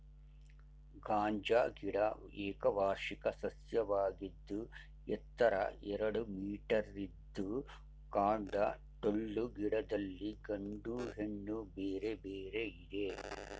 ಗಾಂಜಾ ಗಿಡ ಏಕವಾರ್ಷಿಕ ಸಸ್ಯವಾಗಿದ್ದು ಎತ್ತರ ಎರಡು ಮೀಟರಿದ್ದು ಕಾಂಡ ಟೊಳ್ಳು ಗಿಡದಲ್ಲಿ ಗಂಡು ಹೆಣ್ಣು ಬೇರೆ ಬೇರೆ ಇದೆ